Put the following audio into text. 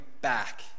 back